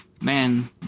Man